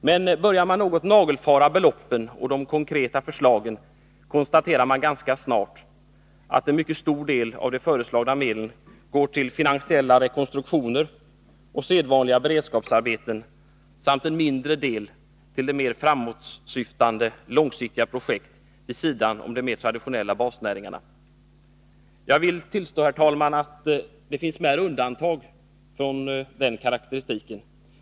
Men börjar man något nagelfara beloppen och de konkreta förslagen, kan man ganska snart konstatera att en mycket stor del av de föreslagna medlen går till finansiella rekonstruktioner och sedvanliga beredskapsarbeten, medan en mindre del går till mer framåtsyftande, långsiktiga projekt vid sidan av de mer traditionella basnäringarna. Jag vill tillstå, herr talman, att det finns smärre undantag från denna karakteristik.